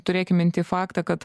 turėkim minty faktą kad